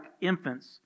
infants